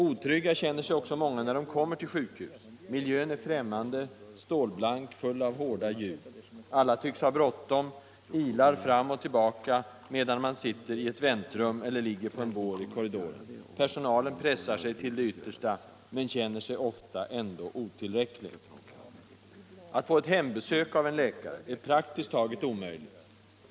Otrygga känner sig också många när de kommer till sjukhus. Miljön är främmande, stålblank, full av hårda ljud. Alla tycks ha bråttom, ilar fram och tillbaka medan man sitter i ett väntrum eller ligger på en bår i korridoren. Personalen pressar sig till det yttersta, men känner sig ofta ändå otillräcklig. Att få ett hembesök av en läkare är praktiskt taget omöjligt.